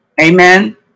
Amen